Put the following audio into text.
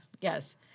Yes